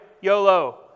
YOLO